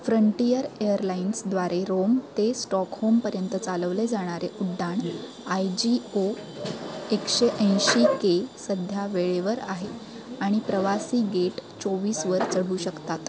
frontier एअरलाइन्सद्वारे Rome ते स्टॉकहोमपर्यंत चालवले जाणारे उड्डाण आय जी ओ एकशे ऐंशी के सध्या वेळेवर आहे आणि प्रवासी गेट चोवीसवर चढू शकतात